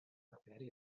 aperi